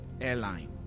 airline